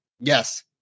yes